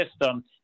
system